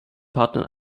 partnern